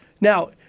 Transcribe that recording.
Now